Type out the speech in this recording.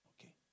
Okay